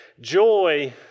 joy